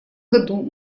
году